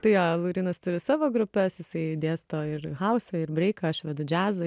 tai jo laurynas turi savo grupes jisai dėsto ir hausą ir breiką aš vedu džiazą